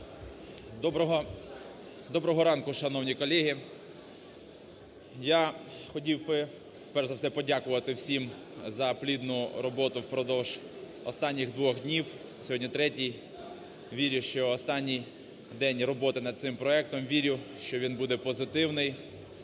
Доброго ранку, шановні колеги! Я хотів би, перш за все, подякувати всім за плідну роботу впродовж останніх двох днів, сьогодні третій, вірю, що останній день роботи над цим проектом, вірю, що він буде позитивний.